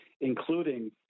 including